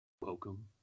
Welcome